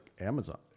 Amazon